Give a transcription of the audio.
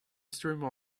streamer